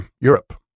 Europe